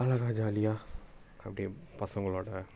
அழகா ஜாலியாக அப்படியே பசங்களோடு